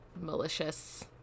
malicious